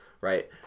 right